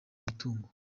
mitungo